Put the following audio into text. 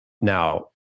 Now